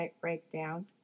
breakdown